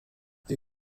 die